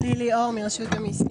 שמי לילי אור מרשות המיסים.